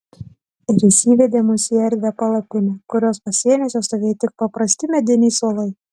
ir jis įvedė mus į erdvią palapinę kurios pasieniuose stovėjo tik paprasti mediniai suolai